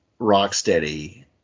Rocksteady